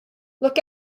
look